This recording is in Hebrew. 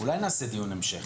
אולי נעשה דיון המשך?